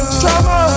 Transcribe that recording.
trauma